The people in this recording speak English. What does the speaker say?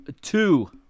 Two